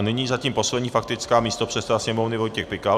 Nyní zatím poslední faktická, místopředseda Sněmovny Vojtěch Pikal.